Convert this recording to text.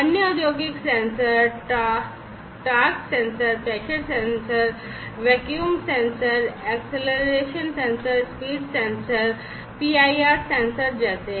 अन्य औद्योगिक sensor torque sensor pressure sensor vacuum sensor acceleration sensor speed sensor PIR sensor जैसे हैं